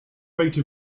rate